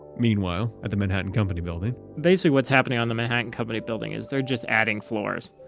meanwhile at the manhattan company building. basically what's happening on the manhattan company building is they're just adding floors.